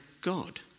God